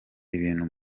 ibintu